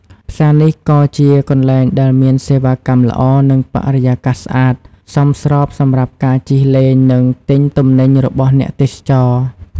ផ្សារនេះក៏ជាកន្លែងដែលមានសេវាកម្មល្អ និងបរិយាកាសស្អាត សមស្របសម្រាប់ការជិះលេង និងទិញទំនិញរបស់អ្នកទេសចរ។